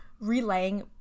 relaying